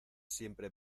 siempre